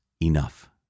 enough